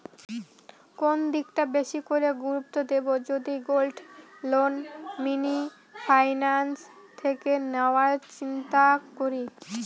কোন দিকটা বেশি করে গুরুত্ব দেব যদি গোল্ড লোন মিনি ফাইন্যান্স থেকে নেওয়ার চিন্তা করি?